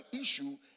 issue